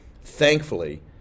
Thankfully